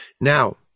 now